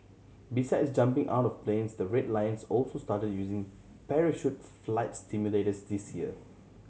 besides jumping out of planes the Red Lions also started using parachute flight simulators this year